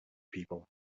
people